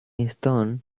stone